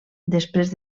després